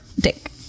dick